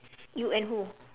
you and who